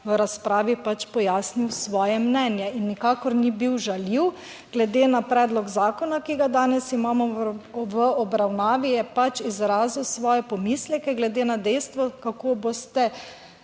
v razpravi pač pojasnil svoje mnenje. In nikakor ni bil žaljiv. Glede na predlog zakona, ki ga danes imamo v obravnavi, je pač izrazil svoje pomisleke glede na dejstvo, kako boste